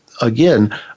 again